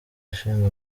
ishinga